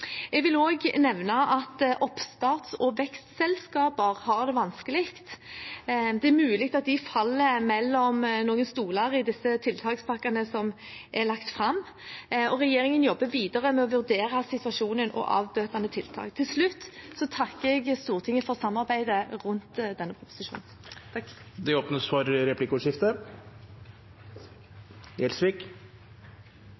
Jeg vil også nevne at oppstarts- og vekstselskaper har det vanskelig. Det er mulig at de faller mellom noen stoler i disse tiltakspakkene som er lagt fram, og regjeringen jobber videre med å vurdere situasjonen og med avbøtende tiltak. Til slutt takker jeg Stortinget for samarbeidet rundt denne proposisjonen. Det blir replikkordskifte.